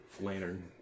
lantern